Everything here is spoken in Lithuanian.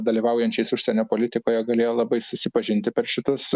dalyvaujančiais užsienio politikoje galėjo labai susipažinti per šitus